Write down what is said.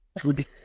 Good